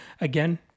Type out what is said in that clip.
Again